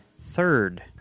third